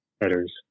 headers